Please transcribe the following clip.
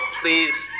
please